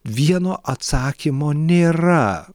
vieno atsakymo nėra